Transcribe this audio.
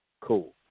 cool